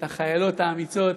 את החיילות האמיצות,